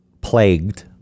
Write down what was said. plagued